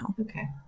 Okay